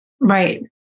Right